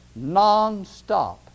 nonstop